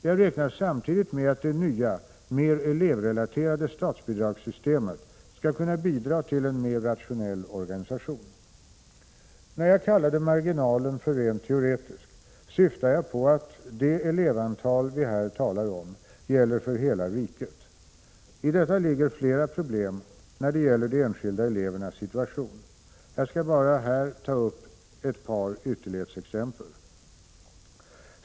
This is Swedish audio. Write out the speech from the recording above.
Jag räknar samtidigt med att det nya, mer elevrelaterade statsbidragssystemet skall kunna bidra till en mer rationell organisation. När jag kallade marginalen för rent teoretisk syftade jag på att de elevantal vi här talar om gäller för hela riket. I detta ligger flera problem, när det gäller de enskilda elevernas situation. Jag skall här bara ta upp ett par ytterlighetsexempel.